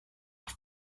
auf